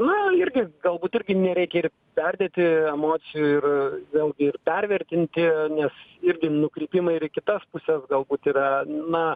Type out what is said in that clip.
na irgi galbūt irgi nereikia ir perdėti emocijų ir vėlgi ir pervertinti nes irgi nukrypimai ir į kitas puses galbūt yra na